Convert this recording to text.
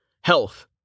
Health